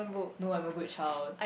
no I'm a good child